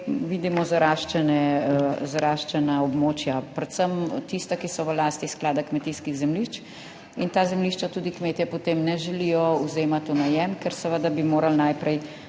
vidimo zaraščena območja, predvsem tista, ki so v lasti Sklada kmetijskih zemljišč in ta zemljišča tudi kmetje potem ne želijo vzemati v najem, ker seveda bi morali najprej